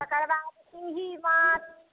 तकर बाद सूही माछ